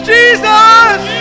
Jesus